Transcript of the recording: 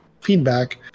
feedback